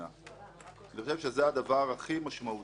אני חושב שזה הדבר הכי משמעותי,